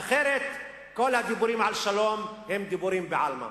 אחרת כל הדיבורים על שלום הם דיבורים בעלמא.